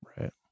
Right